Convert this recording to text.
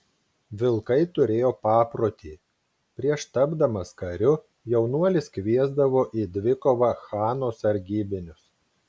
vilkai turėjo paprotį prieš tapdamas kariu jaunuolis kviesdavo į dvikovą chano sargybinius